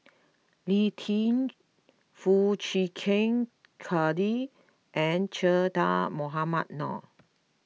Lee Tjin Foo Chee Keng Cedric and Che Dah Mohamed Noor